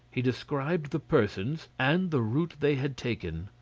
he described the persons, and the route they had taken.